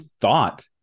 thought